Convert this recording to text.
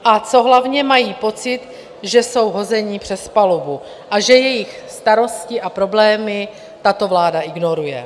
A co hlavně, mají pocit, že jsou hozeni přes palubu a že jejich starosti a problémy tato vláda ignoruje.